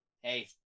hey